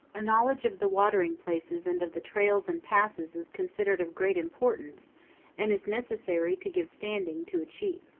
a knowledge of the watering places and of the trails and passes is considered of great importance and is necessary to give standing to a chief.